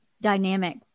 dynamic